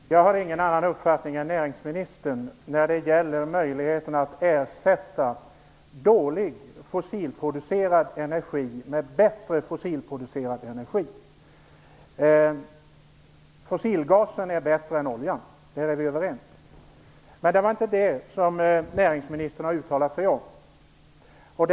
Fru talman! Jag har ingen annan uppfattning är näringsministern när det gäller möjligheten att ersätta dålig fossilproducerad energi med bättre fossilproducerad energi. Fossilgasen är bättre än oljan. Det är vi överens om. Det var inte det som näringsministerns uttalande gällde.